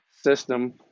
system